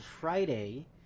Friday